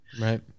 right